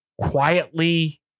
quietly